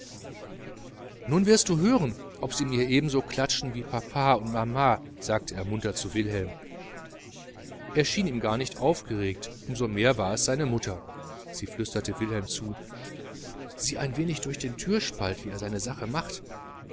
nun wirst du hören ob sie mir ebenso klatschen wie papa und mama sagte er munter zu wilhelm er schien gar nicht aufgeregt um so mehr war es seine mutter sie flüsterte wilhelm zu sieh ein wenig durch den türspalt wie er seine sache macht